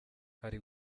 hari